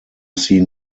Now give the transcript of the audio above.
seen